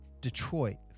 Detroit